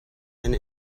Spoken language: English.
and